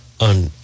on